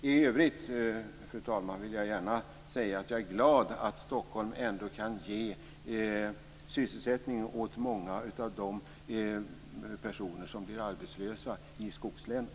I övrigt, fru talman, vill jag gärna säga att jag är glad att Stockholm ändå kan ge sysselsättning åt många av de personer som blir arbetslösa i skogslänen.